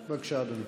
בבקשה, אדוני.